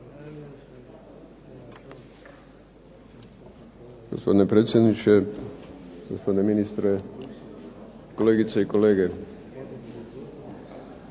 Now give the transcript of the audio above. Hvala na